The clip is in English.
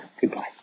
Goodbye